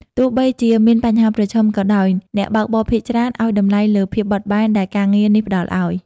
ទោះបីជាមានបញ្ហាប្រឈមក៏ដោយ អ្នកបើកបរភាគច្រើនឱ្យតម្លៃលើភាពបត់បែនដែលការងារនេះផ្តល់ឱ្យ។